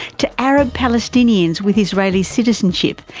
to arab palestinians with israeli citizenship,